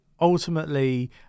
ultimately